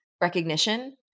recognition